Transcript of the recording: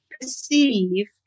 perceive